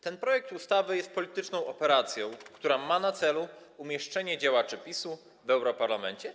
Ten projekt ustawy jest polityczną operacją, która ma na celu umieszczenie działaczy PiS-u w europarlamencie.